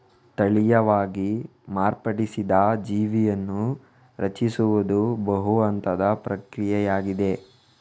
ತಳೀಯವಾಗಿ ಮಾರ್ಪಡಿಸಿದ ಜೀವಿಯನ್ನು ರಚಿಸುವುದು ಬಹು ಹಂತದ ಪ್ರಕ್ರಿಯೆಯಾಗಿದೆ